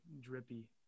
drippy